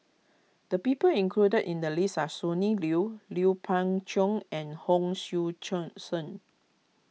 the people included in the list are Sonny Liew Lui Pao Chuen and Hon Sui Qiong Sen